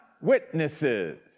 Witnesses